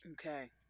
Okay